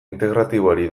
integratiboari